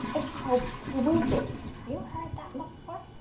it's called swooping. have you heard that before?